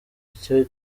icyo